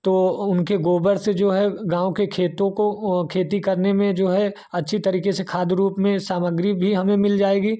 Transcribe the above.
तो उनके गोबर से जो है गाँव के खेतों को खेती करने में जो है अच्छी तरीके से खाद रूप में सामग्री भी हमें मिल जाएगी